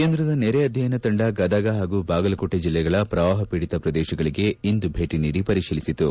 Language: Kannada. ಕೇಂದ್ರದ ನೆರೆ ಅಧ್ವಯನ ತಂಡ ಗದಗ ಹಾಗೂ ಬಾಗಲಕೋಟೆ ಜಿಲ್ಲೆಗಳ ಪ್ರವಾಹ ಪೀಡಿತ ಪ್ರದೇಶಗಳಿಗೆ ಇಂದು ಭೇಟ ನೀಡಿ ಪರೀತಿಲಿಸಿತು